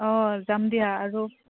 অঁ যাম দিয়া আৰু